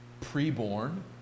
pre-born